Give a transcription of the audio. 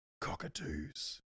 Cockatoos